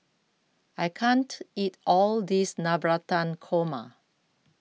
I can't eat all this Navratan Korma